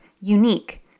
unique